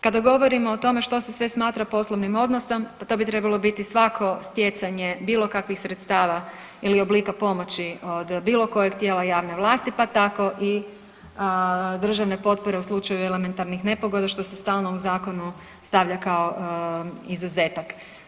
Kada govorimo o tome što se sve smatra poslovnim odnosnom pa to bi trebalo biti svako stjecanje bilo kakvih sredstava ili oblika pomoći od bilo kojeg tijela javne vlasti pa tako državne potpore u slučaju elementarnih nepogoda što se stalno u zakonu stavlja kao izuzetak.